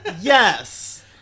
Yes